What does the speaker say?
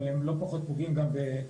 אבל הם לא פחות פוגעים גם ב-